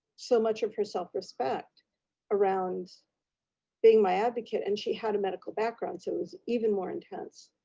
so much of herself respect around being my advocate and she had a medical background so it was even more intense.